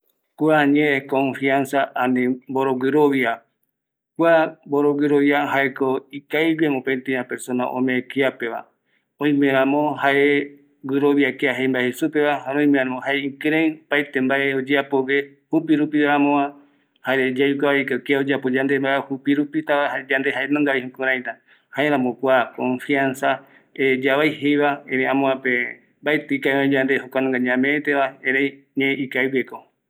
Mboroguɨroviare ñanemiari yae jaeko jareko yande yaesa yave añetete yarovia ñamae yae jaekaviviko erei aguɨyetako oajaeteye yande yarovia kiano, omeko mopetiño yaroviata kiareva jaeko jupiva jaeko yandeya Tumpa erei yande erei oimevi hasta amovecepe yambavɨvi oyoɨpe